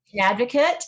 Advocate